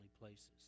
places